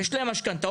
יש להם משכנתאות,